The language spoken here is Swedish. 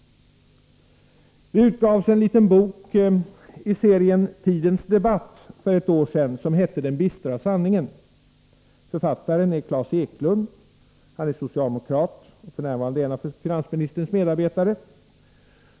Det utgavs en liten bok i serien Tidens debatt för ett år sedan som hette Den bistra sanningen. Författaren är Klas Eklund. Han är socialdemokrat och f. n. en av finansministerns medarbetare.